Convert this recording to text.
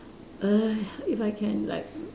err if I can like